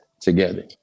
together